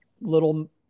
little